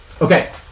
Okay